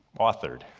authored